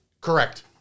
Correct